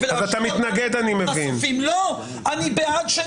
הוא לא יודע לשמור על האינטרס הציבורי אבל המכון הישראלי